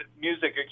music